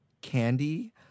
candy